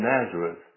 Nazareth